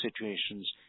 situations